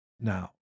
now